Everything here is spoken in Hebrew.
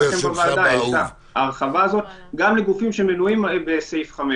ההרחבה גם לגופים שמנויים בסעיף 5